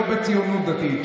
לא בציונות הדתית.